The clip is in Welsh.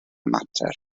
mater